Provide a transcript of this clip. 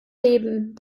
leben